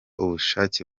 ubushake